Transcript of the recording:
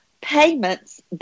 payments